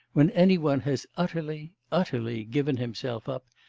when any one has utterly. utterly. given himself up,